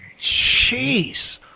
Jeez